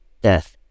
death